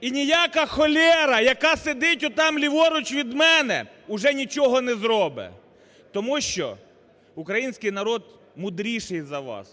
і ніяка холєра, яка сидить отам, ліворуч від мене, вже нічого не зробить! Тому що український народ мудріший за вас.